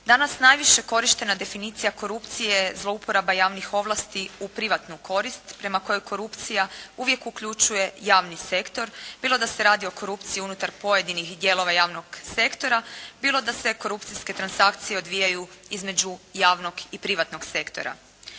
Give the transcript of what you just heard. Danas najviše korištena definicija korupcije zlouporaba javnih ovlasti u privatnu korist prema kojoj korupcija uvijek uključuje javni sektor bilo da se radi o korupciji unutar pojedinih dijelova javnog sektora, bilo da se korupcijske transakcije odvijaju između javnog i privatnog sektora.